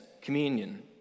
communion